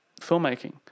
filmmaking